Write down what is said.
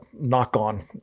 knock-on